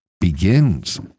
begins